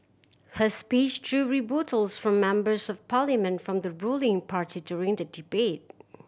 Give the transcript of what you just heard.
her speech drew rebuttals from Members of Parliament from the ruling party during the debate